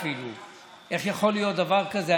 איך יכול להיות דבר כזה.